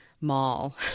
mall